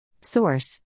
Source